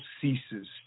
ceases